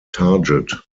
target